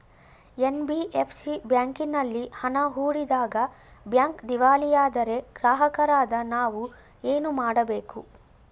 NBFC ಬ್ಯಾಂಕಿನಲ್ಲಿ ಹಣ ಹೂಡಿದಾಗ ಬ್ಯಾಂಕ್ ದಿವಾಳಿಯಾದರೆ ಗ್ರಾಹಕರಾದ ನಾವು ಏನು ಮಾಡಬೇಕು?